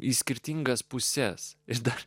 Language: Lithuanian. į skirtingas puses jis dar